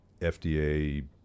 FDA